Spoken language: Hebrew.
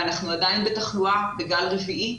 ואנחנו עדיין בתחלואה בגל רביעי,